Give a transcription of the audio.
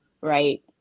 right